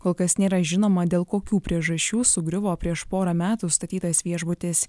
kol kas nėra žinoma dėl kokių priežasčių sugriuvo prieš porą metų statytas viešbutis